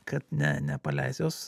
kad ne nepaleis jos